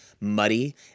muddy